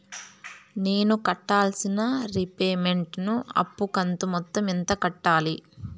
నేను కట్టాల్సిన రీపేమెంట్ ను అప్పు కంతు మొత్తం ఎంత కట్టాలి?